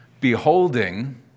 Beholding